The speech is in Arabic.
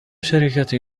شركة